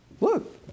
Look